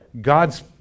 God's